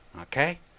Okay